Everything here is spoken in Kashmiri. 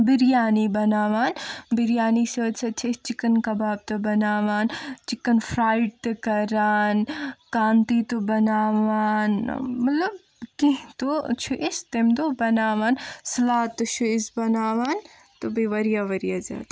بِریانی بَناوان بِریانی سۭتۍ سۭتۍ چھِ أسۍ چِکن کَباب تہِ بَناوان چِکن فریٛڈ تہِ کَران کانٛتی تہِ بَناوان مَلب کیٚنہہ تُہ چھِ أسۍ تَمہِ دۄہ بَناوان سلات تہِ چھِ أسۍ بَناوان تہٕ بیٚیہِ وارِیاہ وارِیاہ زیادٕ